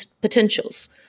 potentials